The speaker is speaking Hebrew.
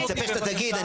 אני מצפה שאתה תגיד,